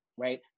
right